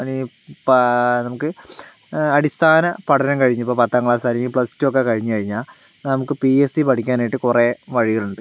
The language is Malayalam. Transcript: നമുക്ക് അടിസ്ഥാനപഠനം കഴിഞ്ഞ് ഇപ്പോൾ പത്താം ക്ലാസായിരിക്കും പ്ലസ് ടു ഒക്കെ കഴിഞ്ഞ് കഴിഞ്ഞാൽ നമുക്ക് പി എസ് സി പഠിക്കാനായിട്ട് കുറേ വഴികളുണ്ട്